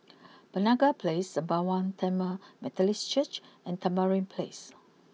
Penaga place Sembawang Tamil Methodist Church and Tamarind place